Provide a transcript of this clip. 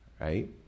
right